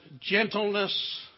gentleness